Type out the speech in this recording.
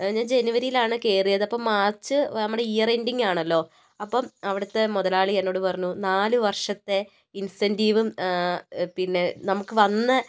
ഞാൻ ജനുവരിയിലാണ് കയറിയത് അപ്പോൾ മാർച്ച് നമ്മുടെ ഇയർ എൻഡിങ് ആണല്ലോ അപ്പം അവിടുത്തെ മുതലാളി എന്നോട് പറഞ്ഞു നാലുവർഷത്തെ ഇൻസെൻറ്റീവും പിന്നെ നമുക്ക് വന്ന